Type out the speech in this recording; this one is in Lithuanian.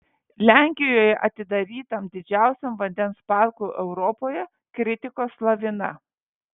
lenkijoje atidarytam didžiausiam vandens parkui europoje kritikos lavina